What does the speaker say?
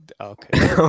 okay